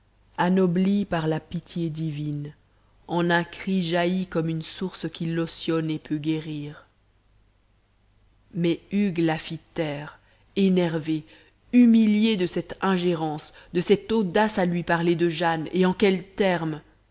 anoblie par la pitié divine en un cri jailli comme une source qui lotionne et peut guérir mais hugues la fit taire énervé humilié de cette ingérence de cette audace à lui parler de jane et en quels termes